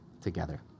together